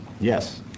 Yes